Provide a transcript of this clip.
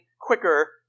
quicker